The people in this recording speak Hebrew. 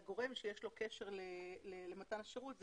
גורם בכיר במשרד אלא גורם שיש לו קשר למתן השירות.